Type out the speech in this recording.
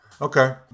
Okay